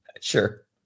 Sure